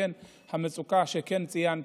כן, המצוקה שציינת,